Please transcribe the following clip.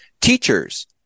teachers